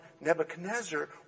Nebuchadnezzar